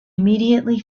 immediately